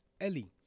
Ellie